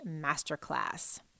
masterclass